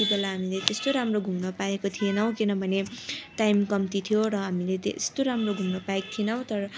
त्यो बेला हामीले त्यस्तो राम्रो घुम्न पाएको थिएनौँ किनभने टाइम कम्ती थियो र हामीले त्यस्तो राम्रो घुम्न पाएको थिएनौँ तर